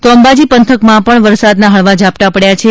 તો અંબાજી પંથકમાં પણ વરસાદના હળવા ઝાપટાં પડચા છે